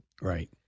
Right